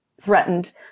Threatened